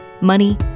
money